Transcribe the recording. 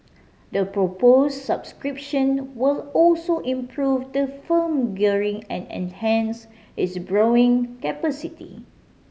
the propose subscription will also improve the firm gearing and enhance its borrowing capacity